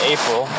April